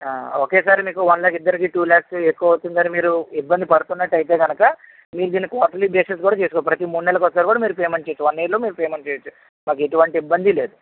ఆ ఒకేసారి మీకు వన్ లాక్ ఇద్దరికి టూ లాక్స్ ఎక్కువవుతుంది మరి మీరు ఇబ్బంది పడుతున్నట్టయితే గనుక మీరు దీని క్వాటర్లీ బేసిస్ కూడా చేసుకో ప్రతి మూడు నెలలకోసారి కూడా పేమెంట్ చేయచ్చు వన్ ఇయర్ లో పేమెంట్ చేయచ్చు మాకు ఎటువంటి ఇబ్బంది లేదు